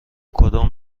کدوم